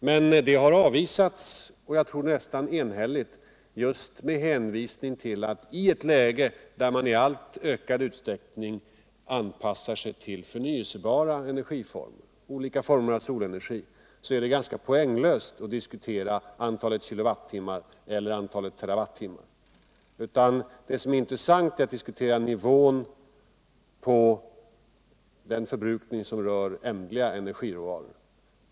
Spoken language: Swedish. Men förslaget har nästan enhälligt avvisats just med hänvisning till att I ett läge, där man i alltmer ökad utsträckning anpassar sig till förnyelsebara energiformer såsom olika former av solenergi. är det ganska poänglöst att diskutera antalet kilowattimmar ellor antalet terawattimmar. Det intressanta är att diskutera nivån på den förbrukning som rör ändliga energiråvaror.